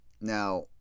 Now